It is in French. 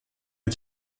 est